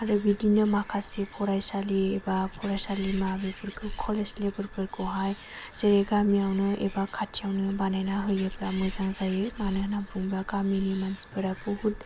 आरो बिदिनो माखासे फरायसालि एबा फरायसालिमा बेफोरखौ कलेजनिफोरखौहाय जेरै गामियावनो एबा खाथियावनो बानायना होयोब्ला मोजां जायो मानो होनना बुङोब्ला गामिनि मानसिफोरा बहुद